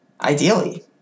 Ideally